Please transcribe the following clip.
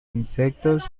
insectos